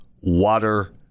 water